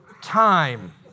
time